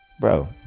bro